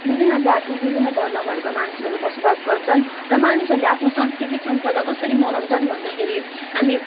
विभिन्न जाति विभिन्न धर्म भएका मानिसहरू बसोबास गर्छन् र मानिसहरूले आफ्नो सांस्कृतिक सम्पदा कसरी मनाउँछन् भन्दाखेरि हामी